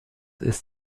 ist